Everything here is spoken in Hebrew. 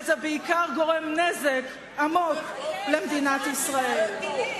וזה בעיקר גורם נזק עמוק למדינת ישראל.